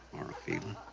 or a feeling.